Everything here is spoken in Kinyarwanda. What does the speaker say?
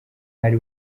ari